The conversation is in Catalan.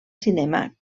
cinema